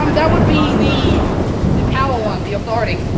um that would be the the power one, the authority.